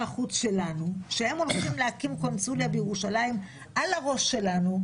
החוץ שלנו שהם הולכים להקים קונסוליה בירושלים על הראש שלנו,